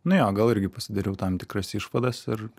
nu jo gal irgi pasidariau tam tikras išvadas ir